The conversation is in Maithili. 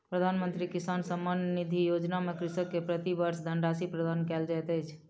प्रधानमंत्री किसान सम्मान निधि योजना में कृषक के प्रति वर्ष धनराशि प्रदान कयल जाइत अछि